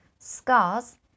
scars